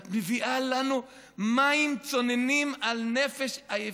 את מביאה לנו מים צוננים על נפש עייפה.